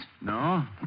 No